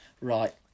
right